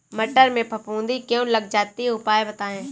मटर में फफूंदी क्यो लग जाती है उपाय बताएं?